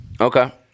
Okay